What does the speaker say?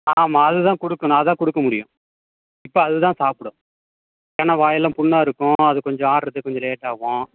ஆமாம் அது தான் கொடுக்கணும் அதான் கொடுக்க முடியும் இப்போ அது தான் சாப்பிடும் ஏன்னால் வாயெல்லாம் புண்ணாக இருக்கும் அது கொஞ்சம் ஆர்கிறதுக்கு கொஞ்சம் லேட் ஆகும்